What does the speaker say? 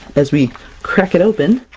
as we crack it open,